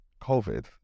covid